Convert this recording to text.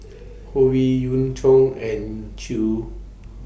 Howe Yoon Chong and Chew